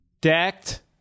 decked